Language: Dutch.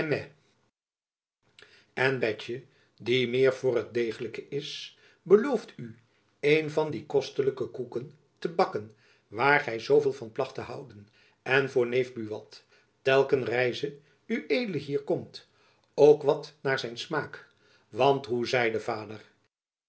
en betje die meer voor t deeghelijke is belooft u een van die costelijcke coucken te backen waer ghy soveel van placht te houden en voor neef buat telcken reyse zed hier comt oock wat naer sijn smaeck want hoe seyde vader